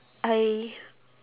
I